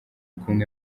kumwe